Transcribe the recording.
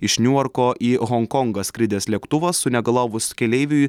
iš niujorko į honkongą skridęs lėktuvas sunegalavus keleiviui